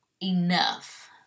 enough